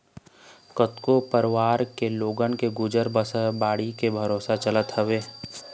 कतको परवार के लोगन के गुजर बसर बाड़ी के भरोसा चलत हवय